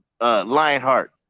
Lionheart